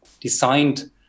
designed